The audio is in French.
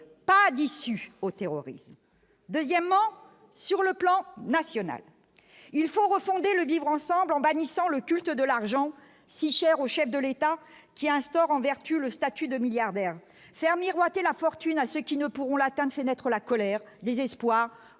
pas d'issue au terrorisme, deuxièmement, sur le plan national, il faut refonder le vivre-ensemble en bannissant le culte de l'argent, si chère au chef de l'État, qui instaure en vertu, le statut de milliardaires faire miroiter la fortune à ceux qui ne pourront latin fenêtre la colère, désespoir